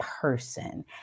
person